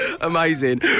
amazing